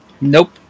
nope